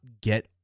get